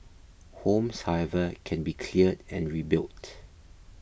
homes however can be cleared and rebuilt